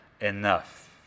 enough